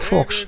Fox